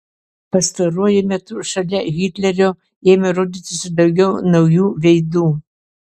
pastaruoju metu šalia hitlerio ėmė rodytis ir daugiau naujų veidų